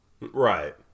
Right